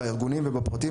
בארגונים ובפרטיים,